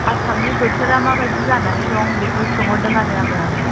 आसामनि बोथोरा माबादि जानानै दं बेखौ सोंहरदों आरो आङो